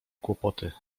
kłopoty